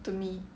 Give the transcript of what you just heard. to me